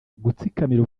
gutsikamira